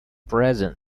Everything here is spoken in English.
present